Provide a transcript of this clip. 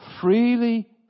freely